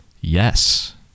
yes